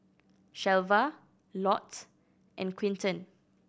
Shelva Lott and Quinton